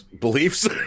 beliefs